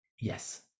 Yes